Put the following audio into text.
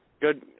good